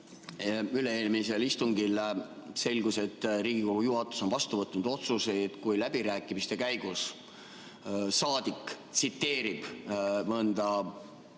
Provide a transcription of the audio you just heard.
Üle-eelmisel istungil selgus, et Riigikogu juhatus on vastu võtnud otsuse, et kui läbirääkimiste käigus saadik tsiteerib mõnda